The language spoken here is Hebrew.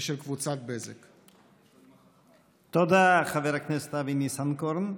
ושל קבוצת בזק." תודה, חבר הכנסת אבי ניסנקורן.